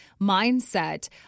mindset